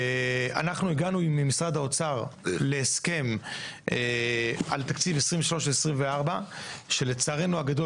אנחנו הגענו עם משרד האוצר להסכם על תקציב 2023-2024 שלצערנו הגדול,